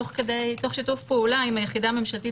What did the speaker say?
תוך שיתוף פעולה עם היחידה הממשלתית